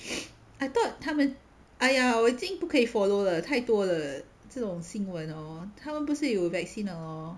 I thought 他们 !aiya! 我已经不可以 follow 了太多了这种新闻 hor 他们不是有 vaccine 了 hor